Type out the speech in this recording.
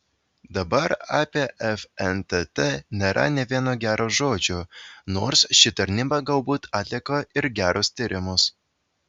dabar apie fntt nėra nė vieno gero žodžio nors ši tarnyba galbūt atlieka ir gerus tyrimus